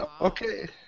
okay